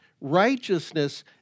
Righteousness